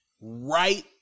right